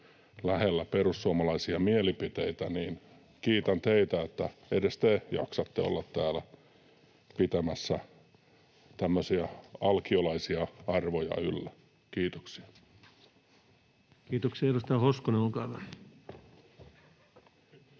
lähellä perussuomalaisia mielipiteitä... Kiitän teitä, että edes te jaksatte olla täällä pitämässä alkiolaisia arvoja yllä. — Kiitoksia. [Speech